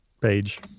page